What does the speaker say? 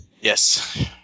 Yes